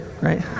Right